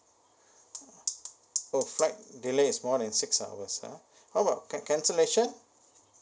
oh flight delay is more than six hours ah how about can cancellation